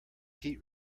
heat